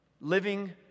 living